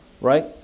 Right